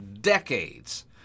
Decades